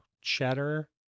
cheddar